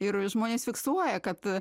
ir žmonės fiksuoja kad